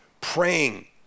praying